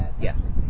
Yes